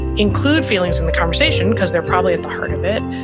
include feelings in the conversation because they're probably at the heart of it.